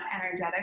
energetic